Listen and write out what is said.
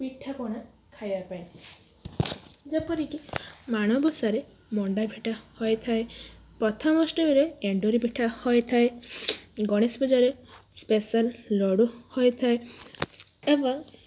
ପିଠା ପଣା ଖାଇବା ପାଇଁ ଯେପରିକି ମାଣବସାରେ ମଣ୍ଡା ପିଠା ହୋଇଥାଏ ପ୍ରଥମାଷ୍ଟମୀରେ ଏଣ୍ଡୁରି ପିଠା ହୋଇଥାଏ ଗଣେଶ ପୂଜାରେ ସ୍ପେଶାଲ ଲଡୁ ହୋଇଥାଏ ଏବଂ